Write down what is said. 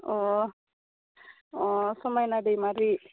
अह अह समायना दैमारि